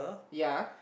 yea